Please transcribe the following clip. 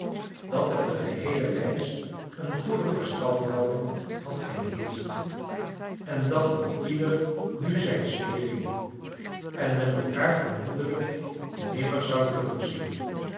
dat er de geheele reis een goede verstandhouding had geheerscht en dat een ieder nu zijns weegs ging en men elkaar vermoedelijk nimmer zou terugzien